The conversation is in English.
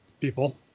people